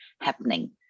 happening